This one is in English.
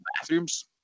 bathrooms